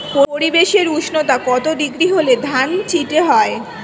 পরিবেশের উষ্ণতা কত ডিগ্রি হলে ধান চিটে হয়?